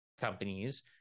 companies